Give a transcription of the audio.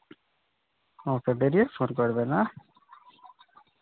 আমাকে বেরিয়ে ফোন করবেন অ্যাঁ